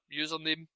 username